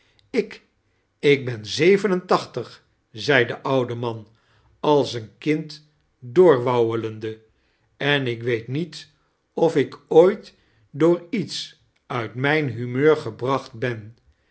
ik ik ben zeven en taehtig zei de oude man als een kind doorwauwelende en ik weet niet of ik ooit door iets uit mijn humeur gebracht ben